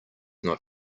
not